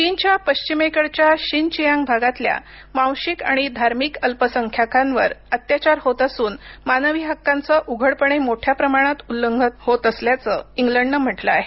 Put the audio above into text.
चीनच्या पश्चिमेकडच्या शिनचियांग भागातल्या वांशिक आणि धार्मिक अल्पसंख्याकांवर अत्याचार होत असून मानवी हक्कांचं उघडपणे मोठ्या प्रमाणात उल्लंघन होत असल्याचं इंग्लंडनं म्हटलं आहे